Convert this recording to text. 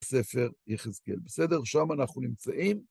ספר יחזקאל בסדר? שם אנחנו נמצאים.